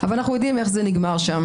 אבל אנחנו יודעים איך זה נגמר שם.